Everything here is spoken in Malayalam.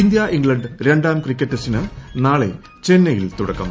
ഇന്ത്യ ഇംഗ്ലണ്ട് രണ്ടാം ക്രിക്കറ്റ് ടെസ്റ്റിന് നാളെ ചെന്നൈയിൽ തുടക്കം